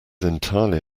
entirely